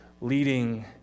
leading